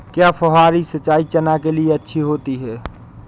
क्या फुहारी सिंचाई चना के लिए अच्छी होती है?